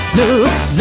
looks